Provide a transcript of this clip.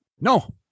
No